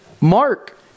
Mark